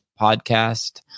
podcast